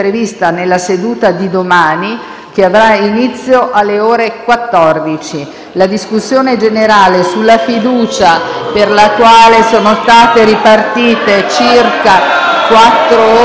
La discussione sulla fiducia, per la quale sono state ripartite